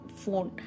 phone